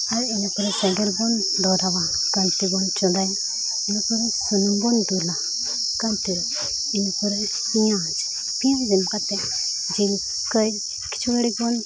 ᱟᱨ ᱤᱱᱟᱹ ᱯᱚᱨᱮ ᱥᱮᱸᱜᱮᱞ ᱵᱚᱱ ᱫᱷᱚᱨᱟᱣᱟ ᱠᱟᱱᱛᱤ ᱵᱚᱱ ᱪᱚᱸᱫᱟᱭᱟ ᱤᱱᱟᱹᱯᱚᱨᱮ ᱥᱩᱱᱩᱢ ᱵᱚᱱ ᱫᱩᱞᱟ ᱠᱟᱱᱛᱤᱨᱮ ᱤᱱᱟᱹᱯᱚᱨᱮ ᱯᱮᱸᱭᱟᱡᱽ ᱯᱮᱸᱭᱟᱡᱽ ᱮᱢ ᱠᱟᱛᱮᱫ ᱡᱤᱞ ᱠᱟᱹᱡ ᱠᱤᱪᱷᱩ ᱜᱟᱹᱲᱤᱠ ᱵᱚᱱ